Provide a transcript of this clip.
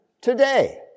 today